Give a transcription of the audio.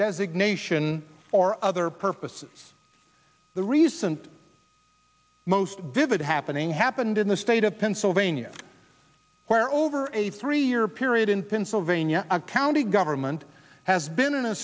designation for other purposes the recent most vivid happening happened in the state of pennsylvania where over a three year period in pennsylvania a county government has been in a